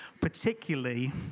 particularly